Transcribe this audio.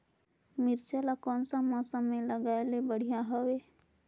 मिरचा ला कोन सा मौसम मां लगाय ले बढ़िया हवे